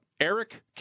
Eric